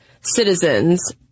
citizens